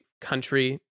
country